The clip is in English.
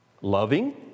loving